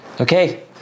Okay